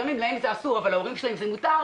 גם אם להם זה אסור אבל להורים שלהם זה מותר,